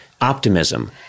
optimism